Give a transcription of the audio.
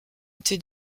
été